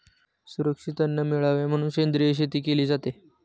सुरक्षित अन्न मिळावे म्हणून सेंद्रिय शेती केली जाते